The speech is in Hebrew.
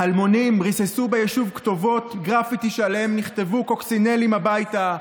אלמונים ריססו ביישוב כתובות גרפיטי שעליהם נכתב: קוקסינלים הביתה.